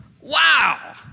Wow